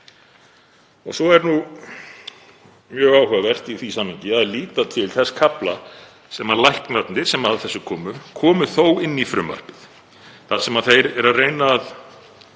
Svo er nú mjög áhugavert í því samhengi að líta til þess kafla sem læknarnir sem að þessu komu komu þó inn í frumvarpið, þar sem þeir eru að reyna að